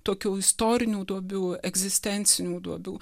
tokių istorinių duobių egzistencinių duobių